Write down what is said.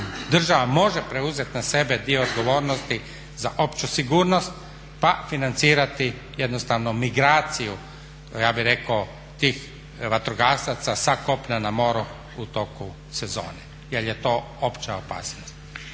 država može preuzeti na sebe dio odgovornosti za opću sigurnost pa financirati migraciju tih vatrogasaca sa kopna na more u toku sezone jel je to opća opasnost.